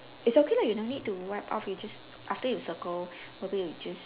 it's okay lah you no need to wipe off you just after you circle maybe you just